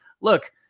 Look